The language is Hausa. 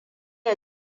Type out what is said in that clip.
ya